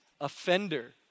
offender